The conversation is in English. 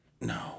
No